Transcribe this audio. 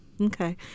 Okay